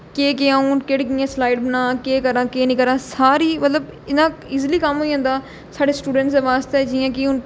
केह केह् आ'ऊं केह्ड़ी कि'यां स्लाइड बना केह् करां केह् नेईं करां सारी मतलब इन्ना इजली कम्म होई जंदा साढ़े स्टूडेंटस बास्तै जियां कि हून